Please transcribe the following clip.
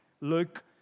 look